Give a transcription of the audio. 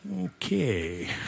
Okay